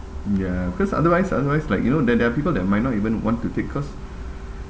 ya cause otherwise otherwise like you know that there are people that might not even want to take cause